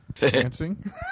dancing